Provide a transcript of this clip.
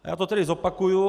Já to tedy zopakuji.